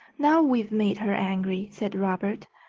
now we've made her angry, said robert.